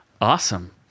Awesome